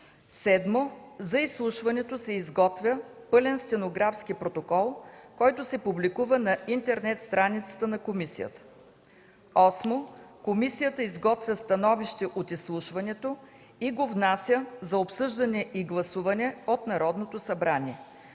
7. За изслушването се изготвя пълен стенографски протокол, който се публикува на интернет страницата на комисията. 8. Комисията изготвя становище от изслушването и го внася за обсъждане и гласуване от Народното събрание.